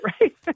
right